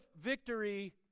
victory